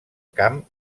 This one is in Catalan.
camp